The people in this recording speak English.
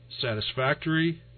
satisfactory